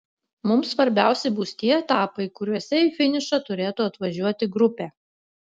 mums svarbiausi bus tie etapai kuriuose į finišą turėtų atvažiuoti grupė